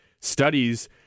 studies